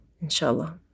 inshallah